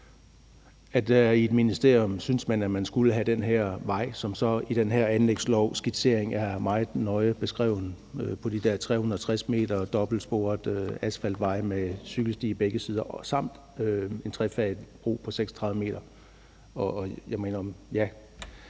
i et ministerium har syntes, at man skulle have den vej, som i den her anlægslovskitsering er meget nøje beskrevet. Der er de her 360 m og dobbeltsporet asfaltvej med cykelstier på begge sider samt en trefaget bro på 36 m. Det har åbenbart